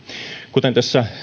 kuten tässä